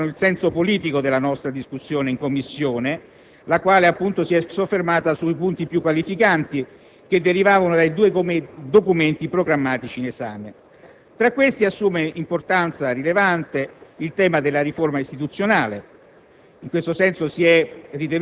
Queste considerazioni rafforzano il senso politico della nostra discussione in Commissione, la quale si è soffermata sui punti più qualificanti che derivavano dai due documenti programmatici in esame; tra questi, assume importanza rilevante il tema della riforma istituzionale.